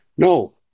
No